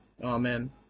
Amen